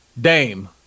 Dame